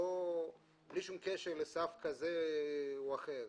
בלי שום קשר לסף כזה או אחר.